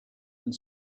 and